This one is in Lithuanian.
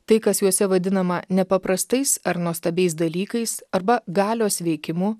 tai kas juose vadinama nepaprastais ar nuostabiais dalykais arba galios veikimu